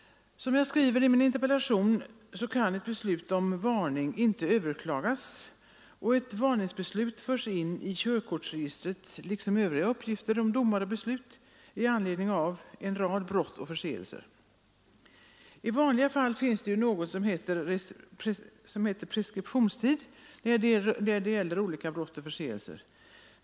Som jag skriver i min interpellation kan ett beslut om varning inte överklagas, och ett varningsbeslut förs in i körkortsregistret liksom övriga uppgifter om domar och beslut i anledning av en rad brott och förseelser. I vanliga fall finns det ju något slag av preskriptionstid när det gäller olika brott och förseelser.